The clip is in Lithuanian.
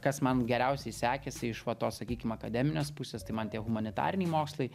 kas man geriausiai sekėsi iš vat tos sakykim akademinės pusės tai man tie humanitariniai mokslai